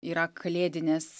yra kalėdinės